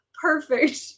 perfect